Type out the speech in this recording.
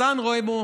בסן רמו,